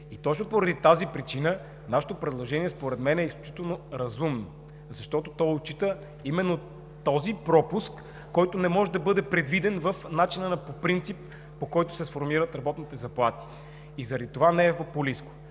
Точно поради тази причина нашето предложение според мен е изключително разумно, защото то отчита именно този пропуск, който не може да бъде предвиден в начина, по който по принцип се сформират работните заплати и заради това не е популистко.